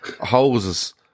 hoses